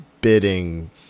bidding